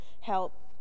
help